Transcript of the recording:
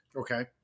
okay